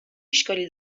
اشکالی